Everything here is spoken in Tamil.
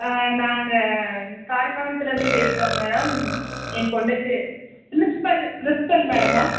ஆ நாங்கள் காரியமங்கலத்துலேருந்து பேசுகிறோங்க என் பொண்ணுக்கு ப்ரின்ஸ்பல் ப்ரின்ஸ்பல் மேடம்மா